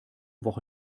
woche